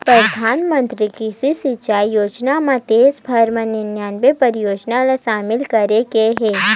परधानमंतरी कृषि सिंचई योजना म देस भर म निनानबे परियोजना ल सामिल करे गे हे